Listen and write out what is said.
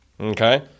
okay